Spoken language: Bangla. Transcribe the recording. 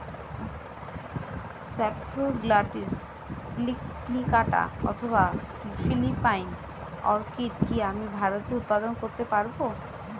স্প্যাথোগ্লটিস প্লিকাটা অথবা ফিলিপাইন অর্কিড কি আমি ভারতে উৎপাদন করতে পারবো?